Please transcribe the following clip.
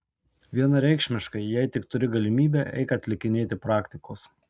vienareikšmiškai jei tik turi galimybę eik atlikinėti praktikos